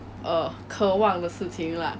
很像 beat box 这样 leh